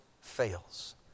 fails